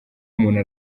umuntu